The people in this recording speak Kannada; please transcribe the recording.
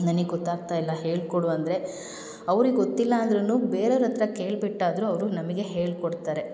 ನನಗ್ ಗೊತ್ತಾಗ್ತಾ ಇಲ್ಲ ಹೇಳಿಕೊಡು ಅಂದರೆ ಅವ್ರಿಗೆ ಗೊತ್ತಿಲ್ಲ ಅಂದ್ರೂ ಬೇರೆಯವ್ರ ಹತ್ರ ಕೇಳ್ಬಿಟ್ಟಾದ್ರೂ ಅವರು ನಮಗೆ ಹೇಳಿಕೊಡ್ತಾರೆ